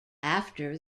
after